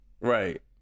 right